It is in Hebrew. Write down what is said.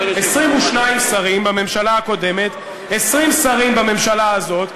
22 שרים בממשלה הקודמת, 20 שרים בממשלה הזאת.